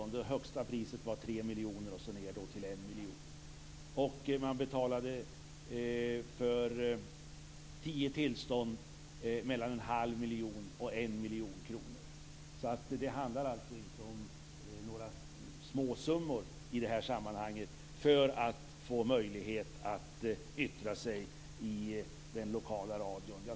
Det högsta priset var 3 miljoner och sedan var priserna ned till 1 miljon. För tio tillstånd betalade man mellan 1⁄2 och 1 miljon kronor. Det handlar alltså inte om några småsummor i det här sammanhanget för att få möjlighet att yttra sig i den lokala radion.